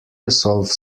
resolve